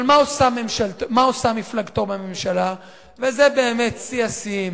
אבל מה עושה מפלגתו בממשלה, וזה באמת שיא השיאים.